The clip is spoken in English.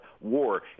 war